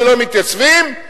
שלא מתייצבים,